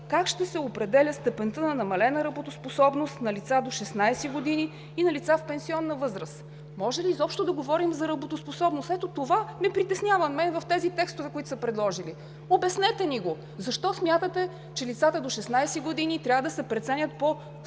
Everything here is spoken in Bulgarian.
как ще се определя степента на намалена работоспособност на лица до 16 години и на лица в пенсионна възраст? Може ли изобщо да говорим за работоспособност? Ето това ме притеснява мен в тези текстове, които сте предложили. Обяснете ни го. Защо смятате, че лицата до 16 години трябва да се преценяват по